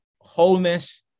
wholeness